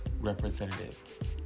representative